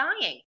dying